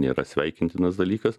nėra sveikintinas dalykas